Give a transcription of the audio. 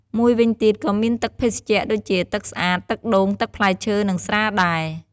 មួយវិញទៀតក៏មានទឹកភេសជ្ជៈដូចជា ទឹកស្អាត ទឹកដូង ទឹកផ្លែឈើ និង ស្រាដែរ។